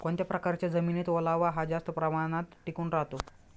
कोणत्या प्रकारच्या जमिनीत ओलावा हा जास्त प्रमाणात टिकून राहतो?